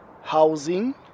housing